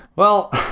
well,